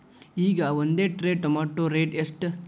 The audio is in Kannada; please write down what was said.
ಈಗ ಒಂದ್ ಟ್ರೇ ಟೊಮ್ಯಾಟೋ ರೇಟ್ ಎಷ್ಟ?